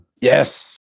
Yes